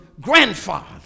grandfather